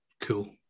cool